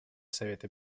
совета